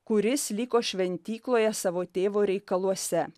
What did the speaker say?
kuris liko šventykloje savo tėvo reikaluose